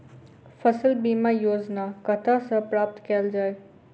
फसल बीमा योजना कतह सऽ प्राप्त कैल जाए?